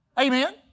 amen